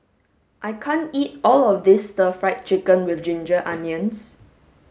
I can't eat all of this stir fried chicken with ginger onions